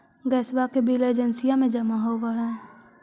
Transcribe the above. गैसवा के बिलवा एजेंसिया मे जमा होव है?